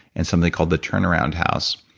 and something called the turnaround house.